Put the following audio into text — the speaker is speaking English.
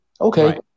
Okay